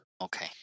Okay